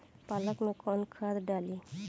पालक में कौन खाद डाली?